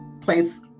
place